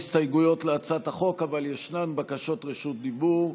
אין הסתייגויות להצעת החוק אבל ישנן בקשות רשות דיבור.